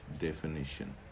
definition